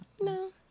No